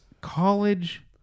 college